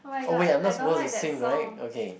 oh wait I'm not supposed to sing right okay